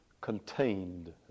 contained